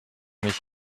mich